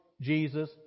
Jesus